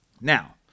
Now